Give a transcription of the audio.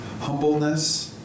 Humbleness